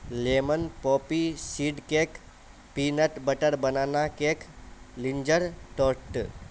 lemon poppy seed cake peanut butter banana cake linger sauce